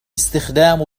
استخدام